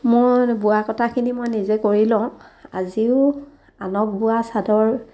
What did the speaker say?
মোৰ মানে বোৱা কটাখিনি মই নিজে কৰি লওঁ আজিও আনে বোৱা চাদৰ